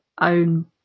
own